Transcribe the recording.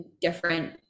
different